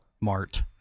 Mart